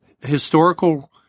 historical